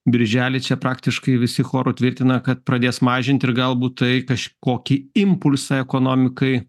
birželį čia praktiškai visi choru tvirtina kad pradės mažint ir galbūt tai kažkokį impulsą ekonomikai